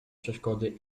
przeszkody